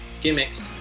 Gimmicks